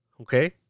Okay